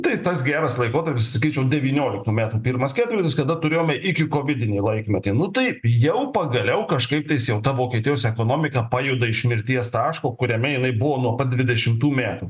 tai tas geras laikotarpis ir sakyčiau devynioliktų metų pirmas ketvirtis kada turėjome iki kovidinį laimetį nu tai jau pagaliau kažkaiptais jau ta vokietijos ekonomika pajuda iš mirties taško kuriame jinai buvo nuo pat dvidešimtų metų